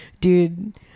dude